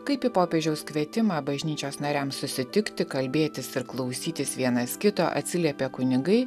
kaip į popiežiaus kvietimą bažnyčios nariams susitikti kalbėtis ir klausytis vienas kito atsiliepė kunigai